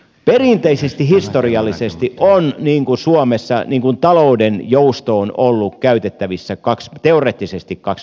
perinteisesti historiallisesti on suomessa talouden joustoon ollut käytettävissä teoreettisesti kaksi mahdollisuutta